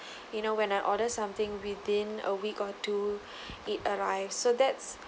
you know when I order something within a week or two it arrives so that's